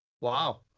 Wow